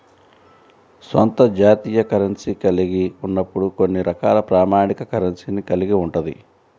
స్వంత జాతీయ కరెన్సీని కలిగి ఉన్నప్పుడు కొన్ని రకాల ప్రామాణిక కరెన్సీని కలిగి ఉంటది